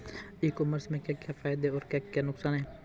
ई commerce के क्या क्या फायदे और क्या क्या नुकसान है?